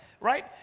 right